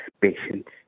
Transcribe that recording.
patients